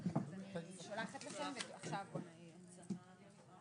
הישיבה ננעלה בשעה